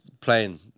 playing